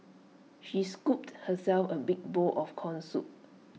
she scooped herself A big bowl of Corn Soup